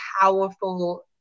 powerful